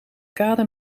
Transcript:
kade